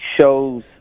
shows